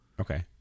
okay